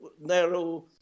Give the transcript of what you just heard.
narrow